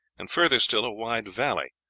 and further still a wide valley,